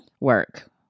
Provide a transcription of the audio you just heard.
work